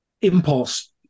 impulse